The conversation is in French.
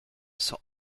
son